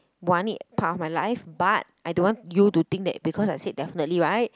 want it part of my life but I don't want you to think that because I said definitely right